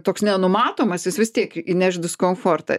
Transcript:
toks nenumatomas jis vis tiek įneš diskomfortą